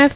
F